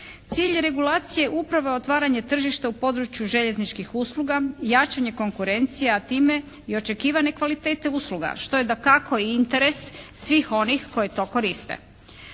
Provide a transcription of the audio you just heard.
Cilj regulacije upravo je otvaranje tržišta u području željezničkih usluga, jačanje konkurencije a time i očekivane kvalitete usluga što je dakako interes svih onih koji to koriste.